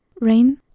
Rain